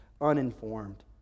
uninformed